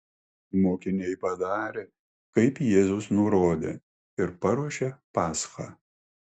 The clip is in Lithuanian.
mokiniai padarė kaip jėzus nurodė ir paruošė paschą